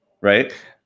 right